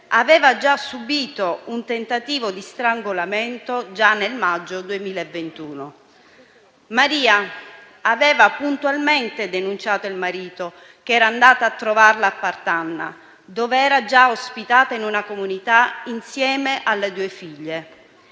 aveva subito un tentativo di strangolamento già nel maggio 2021. Maria aveva puntualmente denunciato il marito, che era andata a trovarla a Partanna, dove era già ospitata in una comunità, insieme alle due figlie,